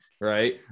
Right